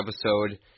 episode